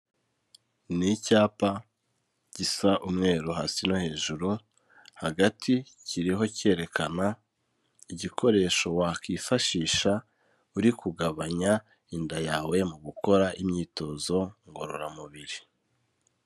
Ni icyapa gisa umweru hasi no hejuru, hagati kiriho cyerekana igikoresho wakwifashisha uri kugabanya inda yawe mu gukora imyitozo ngororamubiri.